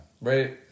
Right